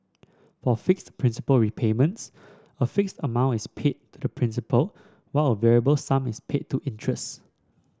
for fixed principal repayments a fixed amount is paid to principal while a variable sum is paid to interest